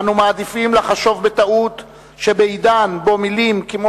אנו מעדיפים לחשוב בטעות שבעידן שבו מלים כמו